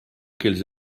qu’elles